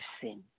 sin